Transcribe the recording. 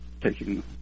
taking